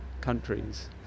countries